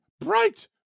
bright